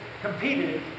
competed